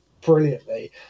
brilliantly